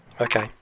Okay